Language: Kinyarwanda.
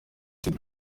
sida